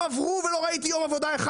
הם עברו ולא ראיתי יום עבודה אחד,